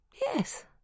yes